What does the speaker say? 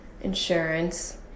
insurance